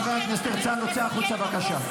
חבר הכנסת הרצנו, צא החוצה,